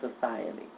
society